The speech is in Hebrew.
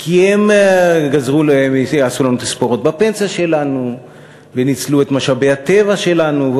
כי הם עשו לנו תספורות בפנסיה שלנו וניצלו את משאבי הטבע שלנו,